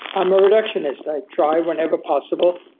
i'm a reductionist. i try whenever possible,